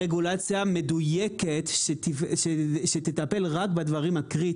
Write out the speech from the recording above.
צריך רגולציה מדויקת שתטפל רק בדברים הקריטיים.